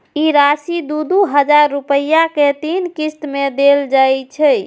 ई राशि दू दू हजार रुपया के तीन किस्त मे देल जाइ छै